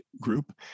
group